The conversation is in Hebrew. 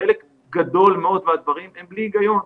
וחלק גדול מאוד מהדברים הוא בלי היגיון.